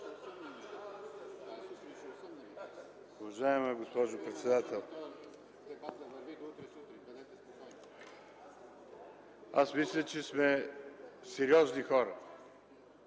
аз мисля, че сме сериозни хора.